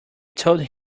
told